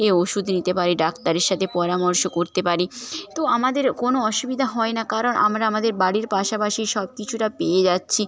এ ওষুধ নিতে পারি ডাক্তারের সাথে পরামর্শ করতে পারি তো আমাদের কোনো অসুবিধা হয় না কারণ আমরা আমাদের বাড়ির পাশাপাশি সব কিছুটা পেয়ে যাচ্ছি